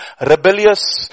rebellious